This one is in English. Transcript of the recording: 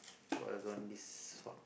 oh I don't want this